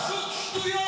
87% גיוס בתל אביב.